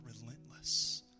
relentless